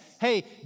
hey